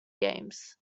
games